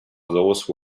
those